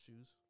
shoes